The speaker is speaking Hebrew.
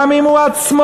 גם אם הוא עצמו,